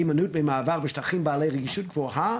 הימנעות ממעבר בשטחים בעלי רגישות גבוהה,